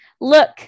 look